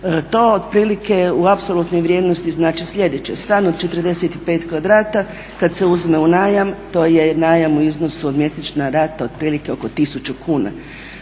To otprilike u apsolutnoj vrijednosti znači sljedeće, stan od 45 kvadrata kada se uzme u najam to je najam u iznosu, mjesečna rata otprilike oko tisuću kuna